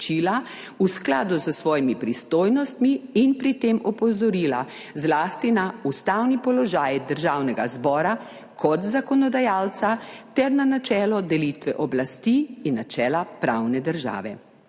v skladu s svojimi pristojnostmi in pri tem opozorila zlasti na ustavni položaj Državnega zbora kot zakonodajalca ter na načelo delitve oblasti in načela pravne države.